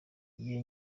iyo